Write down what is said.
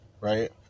right